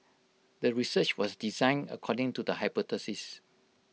the research was designed according to the hypothesis